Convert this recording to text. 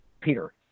Peter